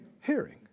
hearing